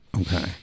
Okay